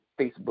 Facebook